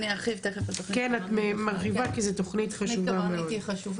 אני אפרט על התוכנית בהמשך.